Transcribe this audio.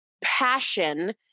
passion